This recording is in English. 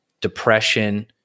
depression